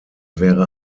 wäre